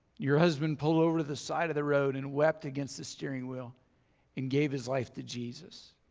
your husband pulled over to the side of the road and wept against the steering wheel and gave his life to jesus.